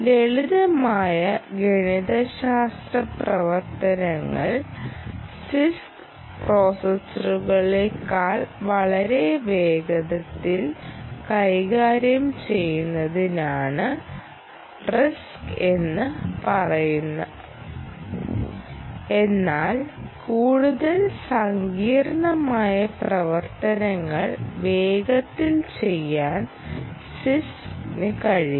ലളിതമായ ഗണിതശാസ്ത്ര പ്രവർത്തനങ്ങൾ സിഎസ്സി പ്രോസസറുകളേക്കാൾ വളരെ വേഗത്തിൽ കൈകാര്യം ചെയ്യുന്നതിനാണ് ആർഐഎസ്സി എന്ന് പറയുക എന്നാൽ കൂടുതൽ സങ്കീർണ്ണമായ പ്രവർത്തനങ്ങൾ വേഗത്തിൽ ചെയ്യാൻ സിഎസ്സിക്ക് കഴിയും